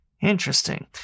interesting